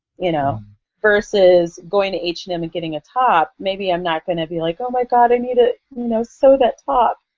you know versus going to h and m and getting a top, maybe i'm not going to be like, oh my god, i need to sew so that top.